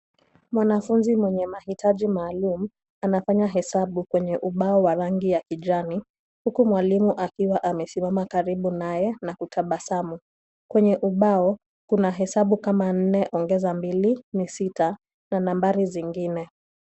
Mwanafunzi mwenye mahitaji maalum anafanya hesabu kwenye ubao wa rangi ya kijani huku mwalimu akiwa amesimama karibu naye na kutabasamu. Kwenye ubao kuna hesabu kama nne ongeza mbili ni sita na nambari zingine.